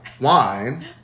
wine